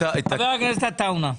חבר הכנסת עטאונה.